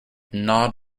gnawed